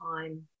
time